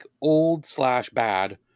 old-slash-bad